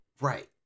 Right